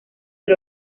del